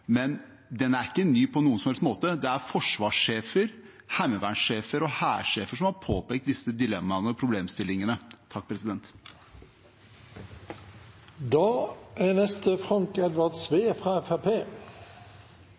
men den er ikke ny på noen som helst måte. Det er forsvarssjefer, heimevernssjefer og hærsjefer som har påpekt disse dilemmaene og problemstillingene.